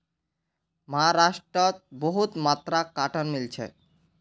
महाराष्ट्रत बहुत मात्रात कॉटन मिल छेक